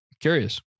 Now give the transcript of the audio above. Curious